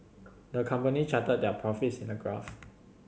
the company charted their profits in a graph